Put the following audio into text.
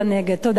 תודה רבה.